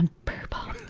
and purple.